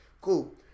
cool